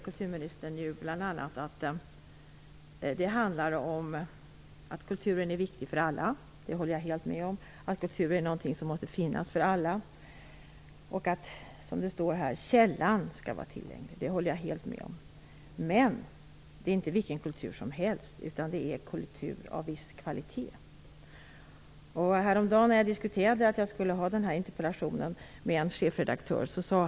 Kulturministern säger bl.a. att kulturen är viktig för alla och att kultur är någonting som måste finnas för alla - det håller jag helt med om. De källorna skall vara tillgängliga för alla, som det står i svaret. Men det skall inte vara vilken kultur som helst utan kultur av viss kvalitet. Häromdagen diskuterade jag den här interpellationen med en chefredaktör.